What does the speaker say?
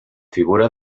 figura